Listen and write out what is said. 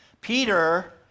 Peter